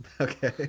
Okay